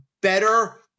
better